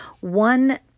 One